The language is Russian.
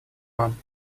вам